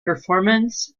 performance